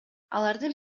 алардын